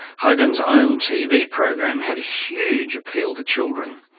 hogan's own tv program had huge appeal to children.